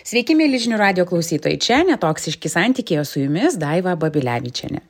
sveiki mieli žinių radijo klausytojai čia netoksiški santykiai o su jumis daiva babilevičienė